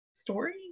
story